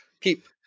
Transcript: keep